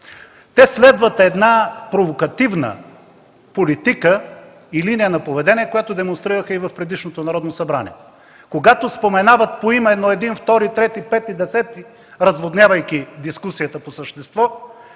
Те следват една провокативна политика и линия на поведение, която демонстрираха и в предишното Народно събрание. Когато споменават поименно един, втори, трети, пети, десети, разводнявайки дискусията по същество,